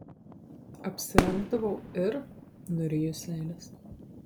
apsirengdavau ir nuryju seiles